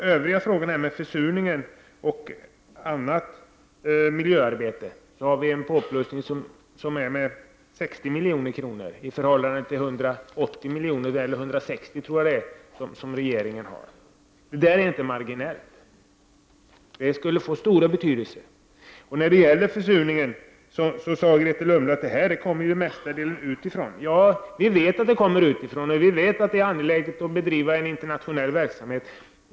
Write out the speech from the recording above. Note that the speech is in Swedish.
I fråga om åtgärder mot försurning och annat miljöarbete föreslår vi 60 milj.kr. utöver regeringens förslag på 160 milj.kr. Det är ingen marginell förändring, utan den skulle få stor betydelse. Grethe Lundblad sade att försurningen mestadels kom utifrån. Ja, vi vet det och att det är angeläget att bedriva internationell verksamhet på detta område.